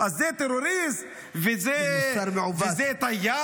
אז זה טרוריסט וזה תייר?